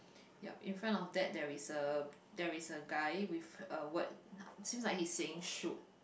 yup in front of that there's a there's a guy with a word seems like he's saying should